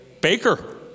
Baker